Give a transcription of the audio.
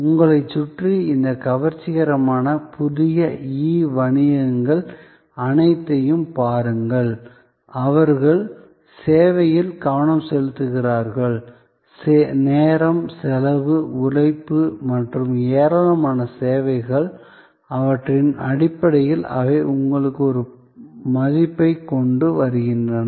உங்களைச் சுற்றி இந்த கவர்ச்சிகரமான புதிய இ வணிகங்கள் அனைத்தையும் பாருங்கள் அவர்கள் சேவையில் கவனம் செலுத்துகிறார்கள் நேரம் செலவு உழைப்பு மற்றும் ஏராளமான சேவைகள் ஆகியவற்றின் அடிப்படையில் அவை உங்களுக்கு ஒரு மதிப்பைக் கொண்டு வருகின்றன